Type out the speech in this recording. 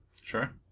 Sure